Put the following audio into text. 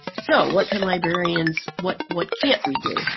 so what can librarians, what what can't we do?